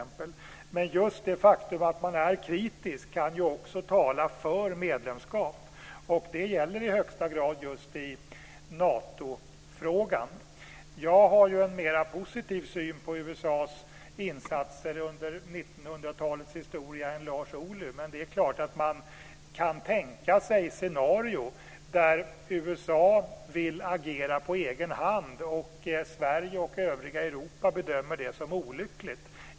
Men just det faktum att man är kritisk kan ju också tala för ett medlemskap. Det gäller i allra högsta grad i just Natofrågan. Jag har en mer positiv syn på USA:s insatser under 1900-talets historia än Lars Ohly, men det är klart att man kan tänka sig ett scenario där USA vill agera på egen hand och Sverige och övriga Europa bedömer det som olyckligt.